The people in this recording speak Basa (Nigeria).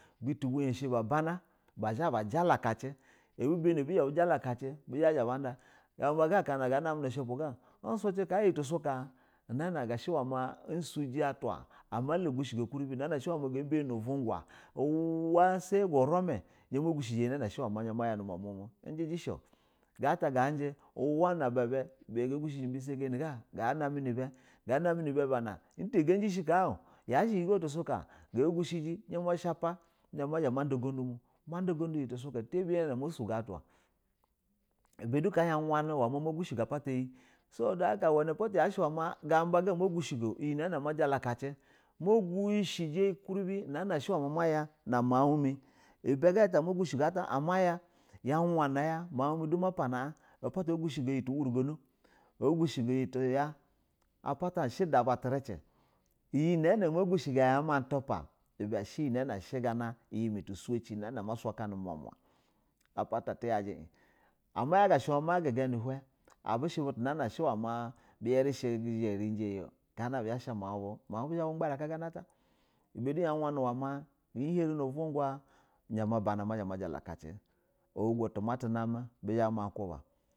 Butu byɛ shɛ babana bazha bajalaka ki abi bani a bujula kacin bizhɛ ba da amba gi gana namɛ nu ushɛ pug a un suji ka iyɛ tusuka una sama usuji atwa ga bana nu unwunga izhɛ ma jalaka kin iyɛ nag a shɛ maya nu umuna mu unjiji shɛ na ibɛ ubɛ ga gushɛjɛ ubɛ sa ganɛ iga ganami nu ubɛ, ga namɛ nu ubɛ bana uta ga jishɛ ka o yashɛ iyɛ go tu su ka ga sushɛ jɛ izha ma shapa mazha mada ugundu, mu ma da ugudu myɛ tu suka ta biya na ama sugo atwa ɛ ba du ka yawanɛ ma gu shɛ go apa ta iyɛ, sabo do naka tundu haka gamba du ma goshɛ go iyɛ na ama jala ka cin ma gushɛ ɛ ukurɛ bɛ una a maya nu mau mɛ amya yawana yam au mimɛ, do ma pana an ogushɛ o iyɛ tu umrugo na a gushɛ go iyɛ tigya apa ushɛ uda ba tirici, iyɛ na a ma gushɛ go ama tupa ibɛ shɛ ga na iyɛ mɛ utuso ci a ma suka nu mu muma, aba ta atiyaji in yaga shɛ uwɛ ma ma guga nu hinwaɛbishɛ butu na shɛ ma rɛjɛ iyɛ o gana abu zha sham au bu, mau bu du zha ma bu gbara ka ga na ata ibɛ du ya wanɛ iyi harɛ nu uvungwa a hugo tu ma tu namɛ bizha buma kuba.